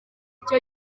icyo